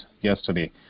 yesterday